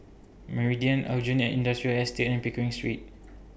Meridian Aljunied Industrial Estate and Pickering Street